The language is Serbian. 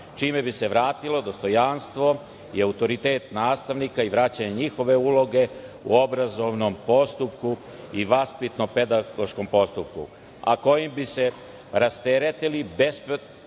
čime bi se vratilo dostojanstvo i autoritet nastavnika i vraćanje njihove uloge u obrazovnom postupku i vaspitno pedagoškom postupku, a kojim bi se rasteretili bespotrebnim